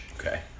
Okay